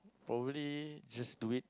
probably just doing